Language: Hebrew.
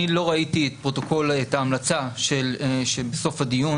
אני לא ראיתי את ההמלצה של סוף הדיון